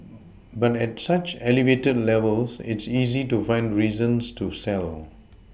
but at such elevated levels it's easy to find reasons to sell